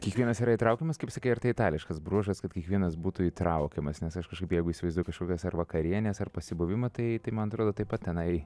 kiekvienas yra įtraukiamas kaip sakei ar tai itališkas bruožas kad kiekvienas būtų įtraukiamas nes aš kažkaip jeigu įsivaizduoju kažkokios ar vakarienes ar pasibuvimą tai tai man atrodo taip pat tenai